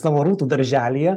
savo rūtų darželyje